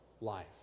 life